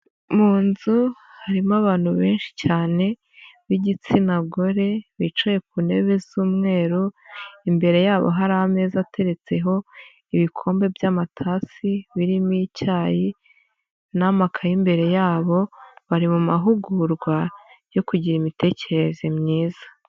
Mu nzu harimo abantu benshi cyane b'igitsina gore, bicaye ku ntebe z'umweru, imbere yabo hari ameza ateretseho ibikombe by'amatasi, birimo icyayi n'amakayi imbere yabo, bari mu mahugurwa yo kugira imitekerereze myiza.